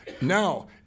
now